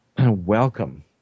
welcome